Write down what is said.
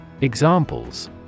Examples